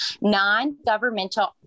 non-governmental